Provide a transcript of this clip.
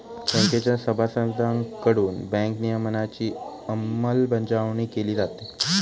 बँकेच्या सभासदांकडून बँक नियमनाची अंमलबजावणी केली जाते